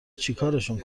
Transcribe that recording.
چیکارشون